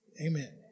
Amen